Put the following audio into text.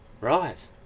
Right